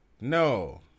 no